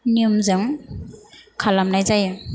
नियमजों खालामनाय जायो